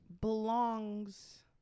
belongs